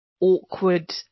awkward